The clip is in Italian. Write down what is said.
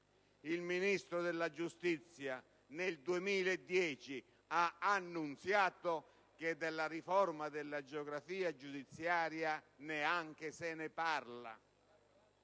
Il Ministro della giustizia nel 2010 ha annunziato che della riforma della geografia giudiziaria neanche se ne parla;